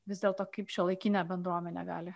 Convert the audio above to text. vis dėlto kaip šiuolaikinė bendruomenė gali